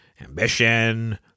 Ambition